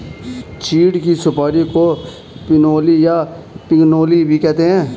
चीड़ की सुपारी को पिनोली या पिगनोली भी कहते हैं